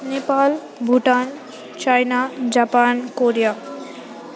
Nepal Bhutan China Japan Korea